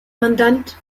mandat